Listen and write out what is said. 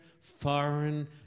foreign